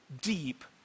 deep